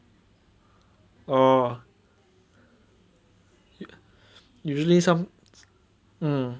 orh usually some mm